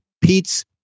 Pete's